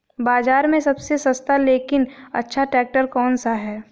बाज़ार में सबसे सस्ता लेकिन अच्छा ट्रैक्टर कौनसा है?